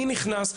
מי נכנס?